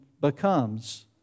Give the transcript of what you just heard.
becomes